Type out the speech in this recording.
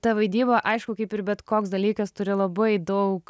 ta vaidyba aišku kaip ir bet koks dalykas turi labai daug